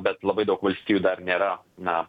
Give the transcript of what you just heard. bet labai daug valstijų dar nėra na